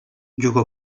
juga